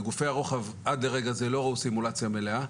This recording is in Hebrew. וגופי הרוחב עד לרגע זה לא ראו סימולציה מלאה,